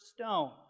stone